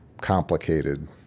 complicated